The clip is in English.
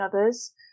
others